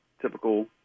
typical